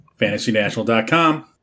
fantasynational.com